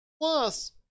Plus